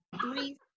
three